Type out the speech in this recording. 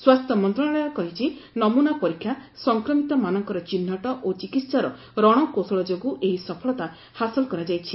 ସ୍ୱାସ୍ଥ୍ୟ ମନ୍ତ୍ରଣାଳୟ କହିଛି ନମୂନା ପରୀକ୍ଷା ସଂକ୍ରମିତମାନଙ୍କର ଚିହ୍ନଟ ଓ ଚିକିହାର ରଣକୌଶଳ ଯୋଗୁଁ ଏହି ସଫଳତା ହାସଲ କରାଯାଇଛି